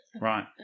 Right